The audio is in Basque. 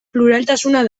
pluraltasuna